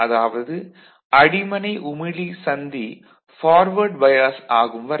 அதாவது அடிமனை உமிழி சந்தி பார்வேர்ட் பையாஸ் ஆகும் வரை